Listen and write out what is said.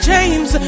James